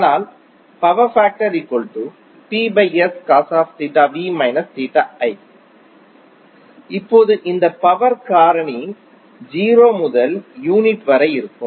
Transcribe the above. அதனால் இப்போது இந்த பவர் காரணி 0 முதல் யூனிட்டி வரை இருக்கும்